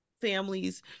families